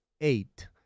eight